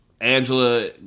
angela